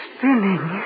Spinning